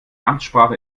amtssprache